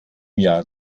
jahr